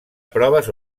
proves